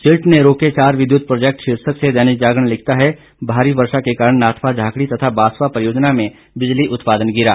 silt ने रोके चार विद्युत प्रोजेक्ट शीर्षक से दैनिक जागरण लिखता है भारी वर्षा के कारण नाथपा झाकड़ी तथा बासपा परियोजना में बिजली उत्पादन गिरा